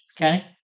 Okay